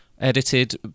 edited